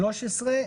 התשס"ח-2008.